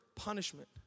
punishment